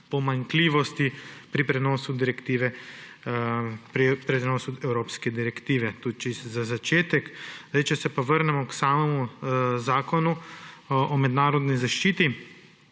pomanjkljivosti pri prenosu evropske direktive. To je čisto za začetek. Če se pa vrnemo k samemu Zakonu o mednarodni zaščiti,